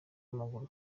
w’amaguru